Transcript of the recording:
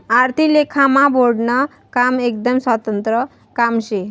आर्थिक लेखामा बोर्डनं काम एकदम स्वतंत्र काम शे